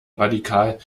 radikal